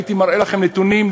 הייתי מראה לכם נתונים,